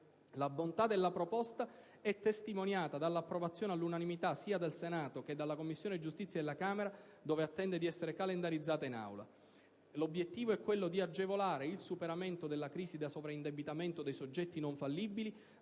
La bontà della proposta è testimoniata dall'approvazione all'unanimità, sia del Senato che della Commissione giustizia della Camera dei deputati, dove attende di essere calendarizzata in Aula. L'obiettivo è quello di agevolare il superamento della crisi da sovraindebitamento dei soggetti non fallibili,